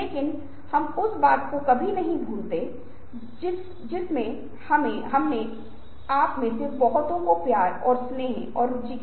अत हर जगह के दृश्यों को हमारे ज्ञान के साथ और हमारे ज्ञान के बिना प्रलेखित किया जा रहा है